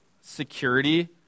security